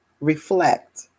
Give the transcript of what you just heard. reflect